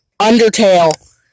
Undertale